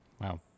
Wow